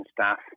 staff